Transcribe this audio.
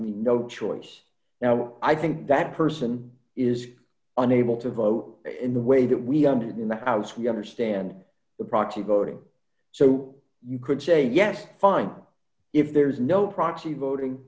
me no choice now i think that person is unable to vote in the way that we under in the house we understand the proxy voting so you could say yes fine if there's no proxy voting